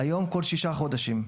היום כל שישה חודשים.